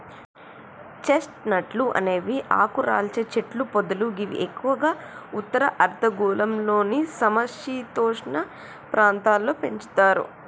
chest నట్లు అనేవి ఆకురాల్చే చెట్లు పొదలు గివి ఎక్కువగా ఉత్తర అర్ధగోళంలోని సమ శీతోష్ణ ప్రాంతాల్లో పెంచుతరు